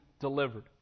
delivered